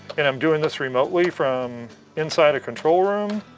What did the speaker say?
and i'm doing this remotely from inside a control room.